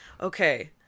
Okay